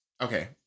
Okay